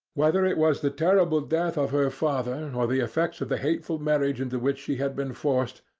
whether it was the terrible death of her father or the effects of the hateful marriage into which she had been forced,